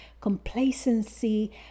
complacency